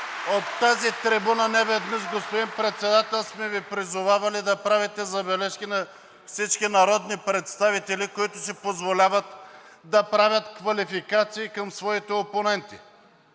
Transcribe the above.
от тази трибуна неведнъж, господин Председател, сме Ви призовавали да правите забележки на всички народни представители, които си позволяват да правят квалификации към своите опоненти.